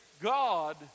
God